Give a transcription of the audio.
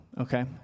okay